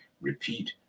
repeat